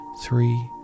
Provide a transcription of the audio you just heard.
three